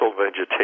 vegetation